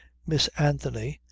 miss anthony,